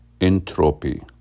entropy